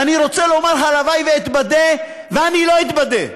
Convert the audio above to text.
ואני רוצה לומר: הלוואי שאתבדה, ואני לא אתבדה.